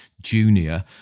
junior